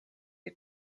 die